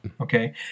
Okay